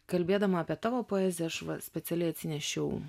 kalbėdama apie tavo poeziją aš va specialiai atsinešiau